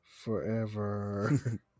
Forever